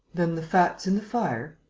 then the fat's in the fire?